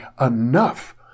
enough